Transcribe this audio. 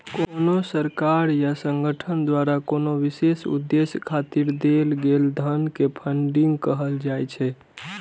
कोनो सरकार या संगठन द्वारा कोनो विशेष उद्देश्य खातिर देल गेल धन कें फंडिंग कहल जाइ छै